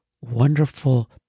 wonderful